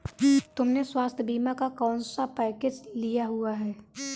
तुमने स्वास्थ्य बीमा का कौन सा पैकेज लिया हुआ है?